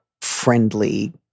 friendly